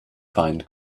find